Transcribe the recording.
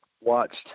watched